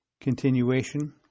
Continuation